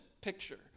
picture